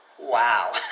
Wow